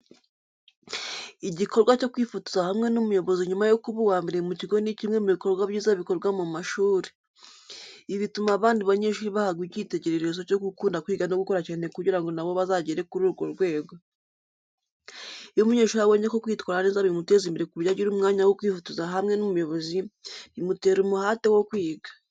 Igikorwa cyo kwifotoza hamwe n’umuyobozi nyuma yo kuba uwa mbere mu kigo ni kimwe mu bikorwa byiza bikorwa mu mashuri. Ibi bituma abandi banyeshuri bahabwa icyitegererezo cyo gukunda kwiga no gukora cyane kugira ngo na bo bazagere kuri uwo rwego. Iyo umunyeshuri abonye ko kwitwara neza bimuteza imbere ku buryo agira umwanya wo kwifotoza hamwe n’umuyobozi, bimutera umuhate wo kwiga.